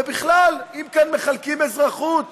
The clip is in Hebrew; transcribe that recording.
ובכלל, אם כאן מחלקים אזרחות